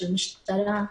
של המשטרה,